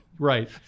Right